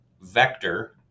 vector